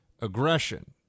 aggression